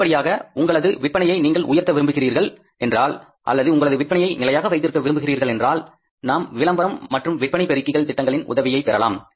அடுத்தபடியாக உங்களது விற்பனையை நீங்கள் உயர்த்த விரும்புகின்றீர்கள் என்றால் அல்லது உங்களது விற்பனையை நிலையாக வைத்திருக்க விரும்புகிறீர்கள் என்றால் நாம் விளம்பரம் மற்றும் விற்பனை பெருக்கிகள் திட்டங்களின் உதவியைப் பெறலாம்